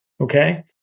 Okay